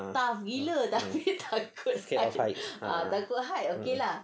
ah scared of heights ah